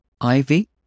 Ivy